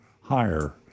higher